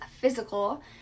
physical